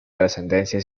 trascendencia